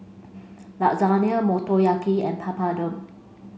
Lasagna Motoyaki and Papadum